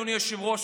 אדוני היושב-ראש,